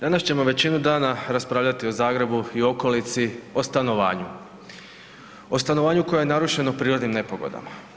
Danas ćemo većinu dana raspravljati o Zagrebu i okolici, o stanovanju, o stanovanju koje je narušeno prirodnim nepogodama.